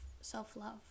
self-love